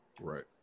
Right